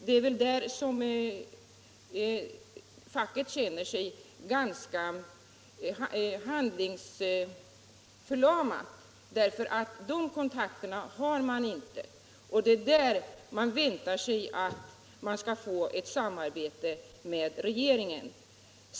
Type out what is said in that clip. Det är väl på den punkten som man inom facket känner sig ganska handlingsförlamad, för de kontakterna har man inte. Därför väntar man sig att där få ett samarbete med regeringen.